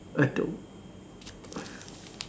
Adob